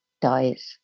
dies